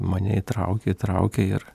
mane įtraukė įtraukė ir